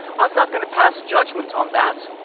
i'm not going to pass jugdgement on that,